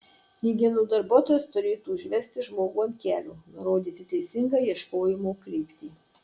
knygyno darbuotojas turėtų užvesti žmogų ant kelio nurodyti teisingą ieškojimo kryptį